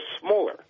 smaller